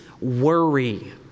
worry